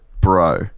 bro